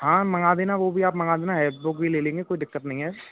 हाँ मँगा देना वो भी आप मँगा देना हेल्प बुक भी ले लेंगे कोई दिक्कत नहीं है